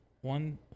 one